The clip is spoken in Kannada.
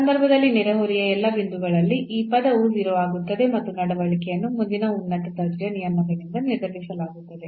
ಆ ಸಂದರ್ಭದಲ್ಲಿ ನೆರೆಹೊರೆಯ ಎಲ್ಲಾ ಬಿಂದುಗಳಲ್ಲಿ ಈ ಪದವು 0 ಆಗುತ್ತದೆ ಮತ್ತು ನಡವಳಿಕೆಯನ್ನು ಮುಂದಿನ ಉನ್ನತ ದರ್ಜೆಯ ನಿಯಮಗಳಿಂದ ನಿರ್ಧರಿಸಲಾಗುತ್ತದೆ